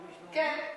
לכן,